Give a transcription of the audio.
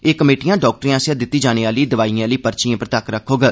एह् कमेटियां डाक्टरें आसेआ दित्ती जाने आह्ली दवाईयें आह्ली पर्चियें पर तक्क रक्खोग